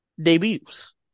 Debuts